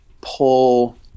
pull